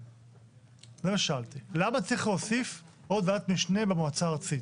למה צריך להוסיף עוד ועדת משנה במועצה הארצית.